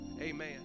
Amen